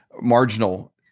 marginal